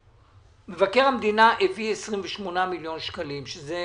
מבקר המדינה הביא 28 מיליון שקלים שזה